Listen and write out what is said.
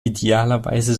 idealerweise